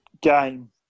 game